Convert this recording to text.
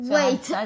Wait